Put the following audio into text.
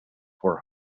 for